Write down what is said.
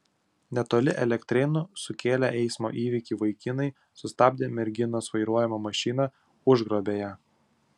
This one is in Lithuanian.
netoli elektrėnų sukėlę eismo įvykį vaikinai sustabdė merginos vairuojamą mašiną užgrobė ją